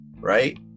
right